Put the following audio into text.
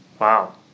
Wow